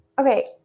Okay